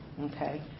Okay